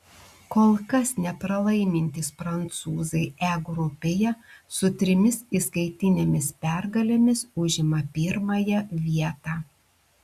kol kas nepralaimintys prancūzai e grupėje su trimis įskaitinėmis pergalėmis užima pirmąją vietą